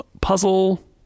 puzzle